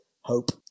hope